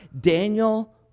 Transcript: Daniel